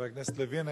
חבר הכנסת לוין,